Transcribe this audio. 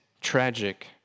tragic